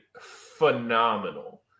phenomenal